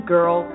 Girl